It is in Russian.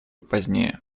позднее